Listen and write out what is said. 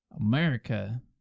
America